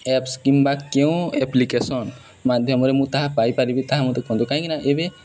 apps କିମ୍ବା କେଉଁ application ମାଧ୍ୟମରେ ମୁଁ ତାହା ପାଇପାରିବି ତାହା ମୋତେ କୁହନ୍ତୁ କାହିଁକି ନା ଏବେ